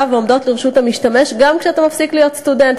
ועומדות לרשות המשתמש גם כשאתה מפסיק להיות סטודנט.